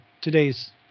today's